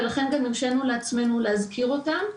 ולכן גם הרשנו לעצמנו להזכיר אותם.